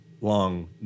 long